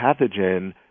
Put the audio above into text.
pathogen